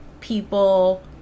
people